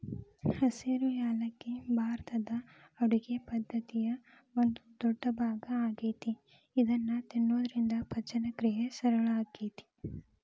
ಹಸಿರು ಯಾಲಕ್ಕಿ ಭಾರತದ ಅಡುಗಿ ಪದ್ದತಿಯ ಒಂದ ದೊಡ್ಡಭಾಗ ಆಗೇತಿ ಇದನ್ನ ತಿನ್ನೋದ್ರಿಂದ ಪಚನಕ್ರಿಯೆ ಸರಳ ಆಕ್ಕೆತಿ